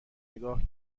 نگاه